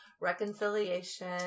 Reconciliation